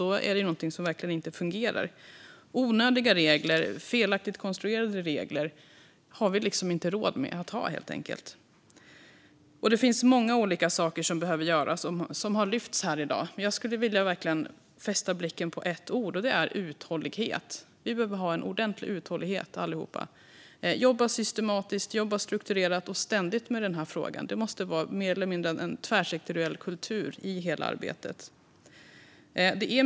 Då är det någonting som verkligen inte fungerar. Onödiga regler och felaktigt konstruerade regler har vi inte råd med. Det finns många olika saker som behöver göras och som har lyfts fram här i dag. Jag skulle vilja fästa blicken vid ett ord, och det är ordet uthållighet. Vi behöver ha en ordentlig uthållighet allihop och jobba systematiskt, strukturerat och ständigt med den här frågan. Det måste vara en mer eller mindre tvärsektoriell kultur i hela arbetet.